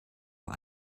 vor